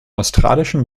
australischen